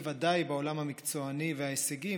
בוודאי בעולם המקצועני וההישגי,